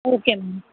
okay ma'am